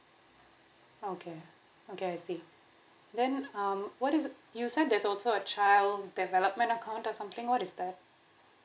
okay okay I see then um what is you said there's also a child development account or something what is that